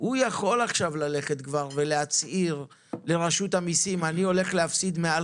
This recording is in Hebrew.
הוא יכול עכשיו ללכת ולהצהיר ברשות המיסים שהוא הולך להפסיד מעל